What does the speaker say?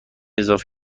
اضافه